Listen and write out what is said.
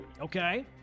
Okay